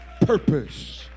purpose